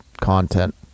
content